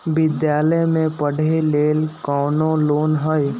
विद्यालय में पढ़े लेल कौनो लोन हई?